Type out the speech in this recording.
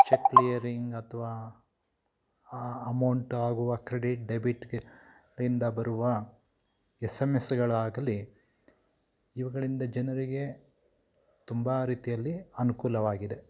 check clearing ಅಥ್ವಾ ಅಮೌಂಟಾಗುವ credit ಡೆಬಿಟ್ಗೆ ಇಂದ ಬರುವ ಎಸ್ ಎಮ್ ಎಸ್ಗಳಾಗಲಿ ಇವುಗಳಿಂದ ಜನರಿಗೆ ತುಂಬ ರೀತಿಯಲ್ಲಿ ಅನುಕೂಲವಾಗಿದೆ